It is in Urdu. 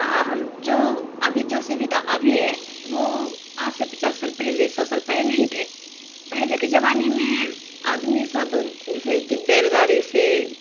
ہم جو ابھی جو سویدھا ابھی ہے وہ آج سے پچاس سال پہلے سو سال پہلے نہیں تھے پہلے کے زمانے میں آدمی سب جیسے کہ بیل گاڑی سے